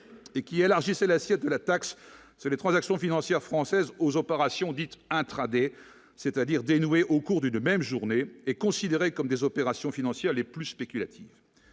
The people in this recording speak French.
et qui élargissait l'assiette de la taxe sur les transactions financières françaises aux opérations dite intra-Day, c'est-à-dire dénouée au cours d'une même journée est considéré comme des opérations financières les plus spéculatives,